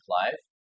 life